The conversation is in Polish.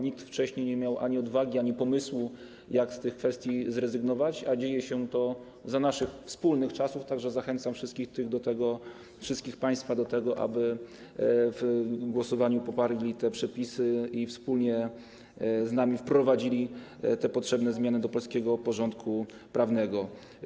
Nikt wcześniej nie miał ani odwagi, ani pomysłu, jak z tych kwestii zrezygnować, a dzieje się to za naszych wspólnych czasów, tak że zachęcam wszystkich państwa do tego, aby w głosowaniu poparli te przepisy i wspólnie z nami wprowadzili te potrzebne zmiany do polskiego porządku prawnego.